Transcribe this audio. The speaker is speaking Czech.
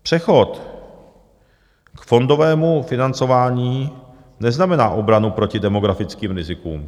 Přechod k fondovému financování neznamená obranu proti demografickým rizikům.